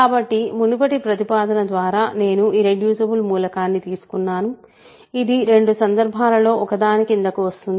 కాబట్టి మునుపటి ప్రతిపాదన ద్వారా నేను ఇర్రెడ్యూసిబుల్ మూలకాన్ని తీసుకున్నాను ఇది రెండు సందర్భాలలో ఒక దాని కిందికి వస్తుంది